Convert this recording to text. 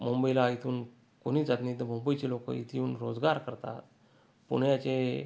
मुंबईला इथून कोणीच जात नाही तर मुंबईची लोकं इथं येऊन रोजगार करतात पुण्याचे